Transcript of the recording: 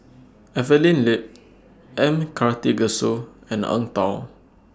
Evelyn Lip M Karthigesu and Eng Tow